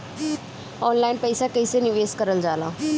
Online पईसा कईसे निवेश करल जाला?